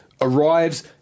arrives